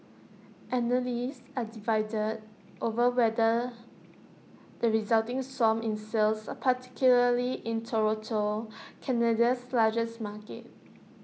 analysts are divided over whether the resulting swoon in sales particularly in Toronto Canada's largest market